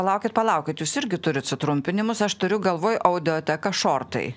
palaukit palaukit jūs irgi turit sutrumpinimus aš turiu galvoj audioteka šortai